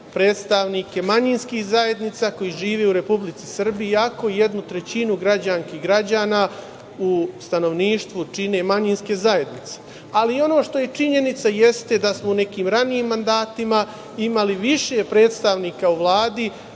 predstavnike manjinskih zajednica koje žive u Republici Srbiji, iako jednu trećinu građanki i građana u stanovništvu čine manjinske zajednice, ali ono što je činjenica jeste da smo u nekim ranijim mandatima imali više predstavnika u Vladi,